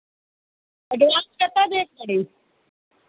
advance कितना देक पड़ी